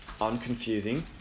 unconfusing